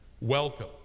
welcome